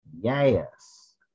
Yes